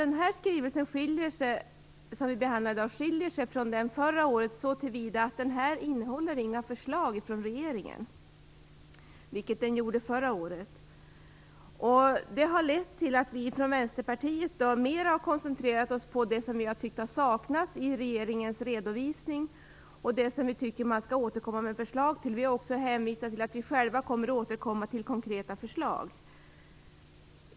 Den skrivelse som vi behandlar i dag skiljer sig från förra årets så till vida att den inte innehåller några förslag från regeringen, vilket förra årets skrivelse gjorde. Det har lett till att vi från Vänsterpartiets sida mer har koncentrerat oss på det som vi tycker saknas i regeringens redovisning och på det som vi tycker att man skall återkomma med förslag om. Vi har också hänvisat till att vi själva kommer att återkomma med konkreta förslag.